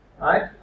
Right